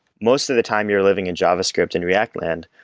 most of the time you're living in javascript in react land,